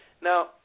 Now